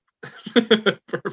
Perfect